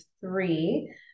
three